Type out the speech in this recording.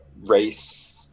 race